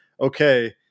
okay